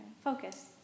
focus